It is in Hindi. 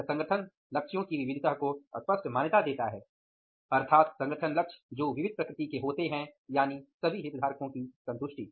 यह संगठन लक्ष्यों की विविधता को स्पष्ट मान्यता देता है अर्थात संगठन लक्ष्य जो विविध प्रकृति के होते हैं यानि सभी हितधारकों की संतुष्टि